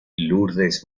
lourdes